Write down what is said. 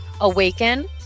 awaken